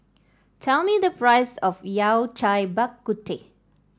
tell me the price of Yao Cai Bak Kut Teh